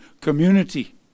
community